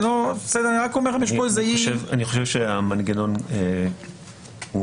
אני חושב שהמנגנון הוא